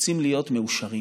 "רוצים להיות מאושרים".